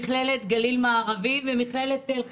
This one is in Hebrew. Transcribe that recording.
מכללת גליל מערבי ומכללת תל חי.